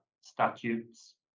statutes